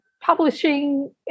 publishing